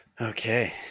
Okay